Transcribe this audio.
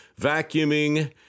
Vacuuming